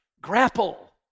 grapple